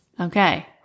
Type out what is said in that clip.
Okay